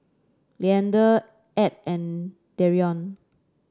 Leander Edd and Dereon